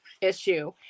issue